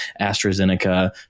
AstraZeneca